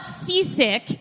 seasick